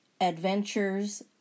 adventures